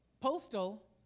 postal